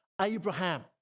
Abraham